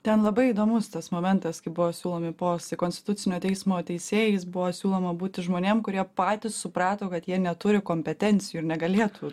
ten labai įdomus tas momentas kai buvo siūlomi postai konstitucinio teismo teisėjais buvo siūloma būti žmonėm kurie patys suprato kad jie neturi kompetencijų ir negalėtų